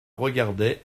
regardait